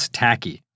tacky